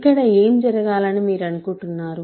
ఇక్కడ ఏం జరగాలని మీరు అనుకుంటున్నారు